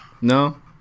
No